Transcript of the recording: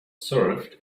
served